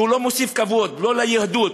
שלא מוסיף כבוד לא ליהדות,